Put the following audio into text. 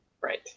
Right